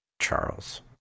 Charles